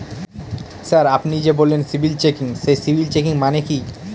Sir আপনি যে বললেন সিবিল চেকিং সেই সিবিল চেকিং মানে কি?